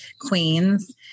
Queens